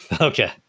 Okay